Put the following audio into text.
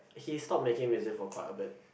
he stopped making music for quite a bit